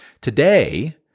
Today